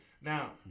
Now